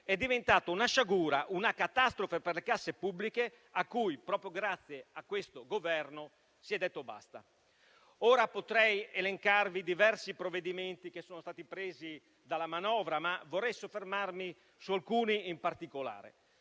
è diventato una sciagura, una catastrofe per le casse pubbliche, a cui, proprio grazie a questo Governo, si è detto basta. Potrei elencarvi diversi provvedimenti contenuti nella manovra, ma vorrei soffermarmi su alcuni in particolare,